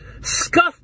Scuff